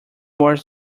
more